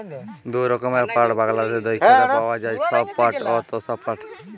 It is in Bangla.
দু রকমের পাট বাংলাদ্যাশে দ্যাইখতে পাউয়া যায়, ধব পাট অ তসা পাট